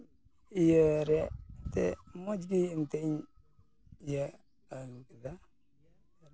ᱤᱭᱟᱹ ᱨᱮᱭᱟᱜ ᱛᱮ ᱢᱚᱡᱽ ᱜᱮ ᱮᱱᱛᱮᱜ ᱤᱧ ᱤᱭᱟᱹ ᱟᱹᱜᱩ ᱠᱮᱫᱟ